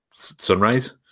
sunrise